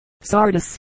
sardis